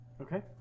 Okay